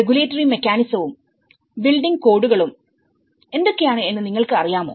regulatory മെക്കാനിസവും building കോഡുകളും എന്തൊക്കെയാണ് എന്ന് നിങ്ങൾക്ക് അറിയാമോ